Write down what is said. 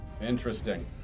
Interesting